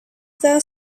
that